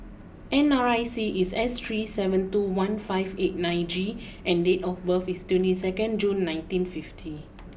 N R I C is S three seven two one five eight nine G and date of birth is twenty second June nineteen fifty